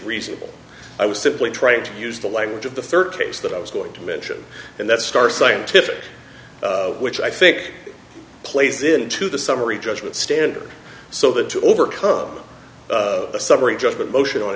reasonable i was simply trying to use the language of the thirty's that i was going to mention and that star scientific which i think plays into the summary judgment standard so that to overcome a summary judgment motion on